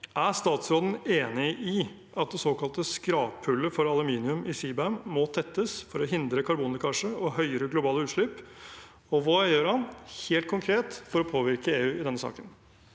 Er statsråden enig i at det såkalte skraphullet for aluminium i CBAM må tettes for å hindre karbonlekkasje og høyere globale utslipp, og hva gjør han helt konkret for å påvirke EU i denne saken?